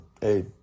Hey